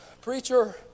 Preacher